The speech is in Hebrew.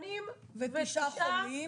89 חולים.